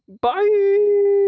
Bye